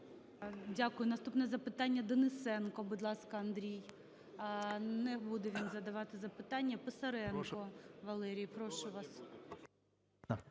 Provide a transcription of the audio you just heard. Дякую. Наступне запитання. Денисенко, будь ласка, Андрій. Не буде він задавати запитання. Писаренко Валерій. Прошу вас.